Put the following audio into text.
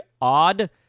odd